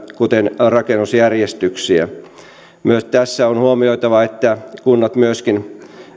kuten rakennusjärjestyksiä myös tässä on huomioitava että kunnat myöskin